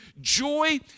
Joy